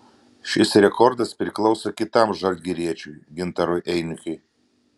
šis rekordas priklauso kitam žalgiriečiui gintarui einikiui